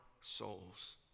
souls